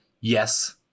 Yes